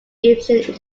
egyptian